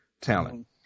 talent